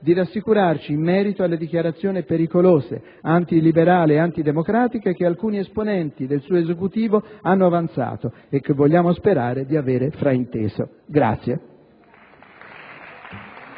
di rassicurarci in merito alle dichiarazioni pericolose, antiliberali e antidemocratiche che alcuni esponenti del suo Esecutivo hanno avanzato e che vogliamo sperare di avere frainteso.